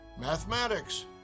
Mathematics